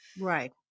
Right